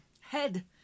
head